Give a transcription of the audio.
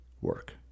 work